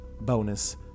bonus